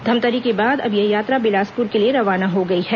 धमतरी के बाद अब यह यात्रा बिलासपुर के लिए रवाना हो गई है